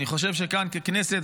אני חושב שכאן ככנסת,